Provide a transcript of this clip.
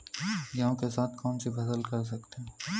गेहूँ के साथ कौनसी फसल कर सकते हैं?